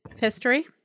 history